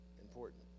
important